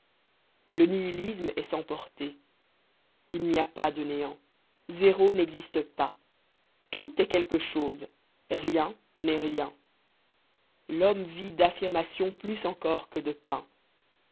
le nihilisme est sans portée il n'y a pas de néant zéro n'existe pas tout est quelque chose rien n'est rien l'homme vit d'affirmation plus encore que de pain